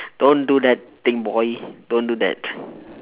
don't do that thing boy don't do that